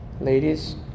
Ladies